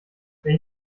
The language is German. wenn